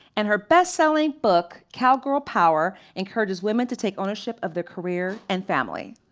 and her best selling book cowgill power encourages women to take ownership of their career and family.